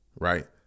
Right